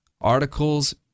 articles